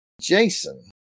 Jason